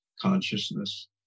consciousness